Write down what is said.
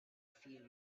few